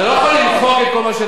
אתה לא יכול להתעלם מהכול.